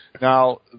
Now